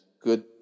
good